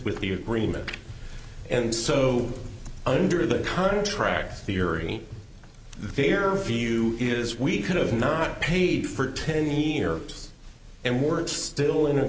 with the agreement and so under the contract theory their view is we could have not paid for ten years and we're still in a